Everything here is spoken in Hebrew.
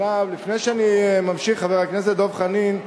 עכשיו, לפני שאני ממשיך, חבר הכנסת דב חנין,